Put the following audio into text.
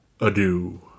adieu